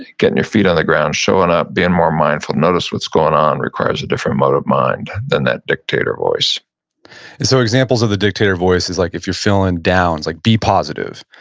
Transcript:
getting your feet on the ground, showing up, being more mindful, notice what's going on requires a different mode of mind than that dictator voice and so examples of the dictator voice is like if you're feeling down is like, be positive,